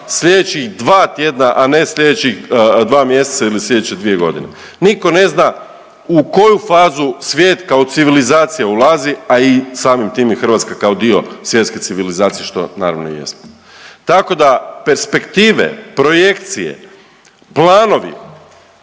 slijedećih dva tjedna, a ne slijedećih dva mjeseca ili slijedeće 2.g., niko ne zna u koju fazu svijet kao civilizacija ulazi, a i samim tim i Hrvatska kao dio svjetske civilizacije što naravno i jesmo. Tako da perspektive, projekcije, planovi,